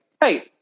hey